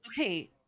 Okay